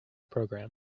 program